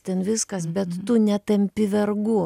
ten viskas bet tu netampi vergu